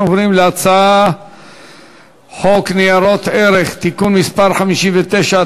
אנחנו עוברים להצעת חוק ניירות ערך (תיקון מס' 59),